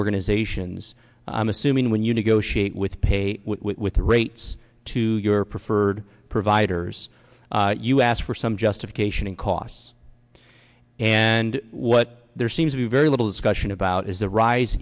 organizations i'm assuming when you negotiate with pay with rates to your preferred providers you ask for some justification in costs and what there seems to be very little discussion about is the rise